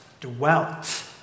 dwelt